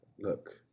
look